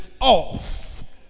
off